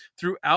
throughout